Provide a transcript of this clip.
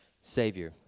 Savior